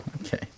Okay